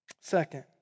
Second